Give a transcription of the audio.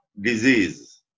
disease